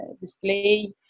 display